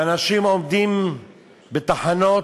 ואנשים עומדים בתחנות,